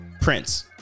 Prince